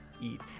eat